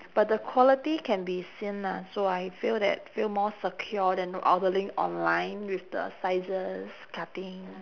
but the quality can be seen ah so I feel that feel more secure than ordering online with the sizes cutting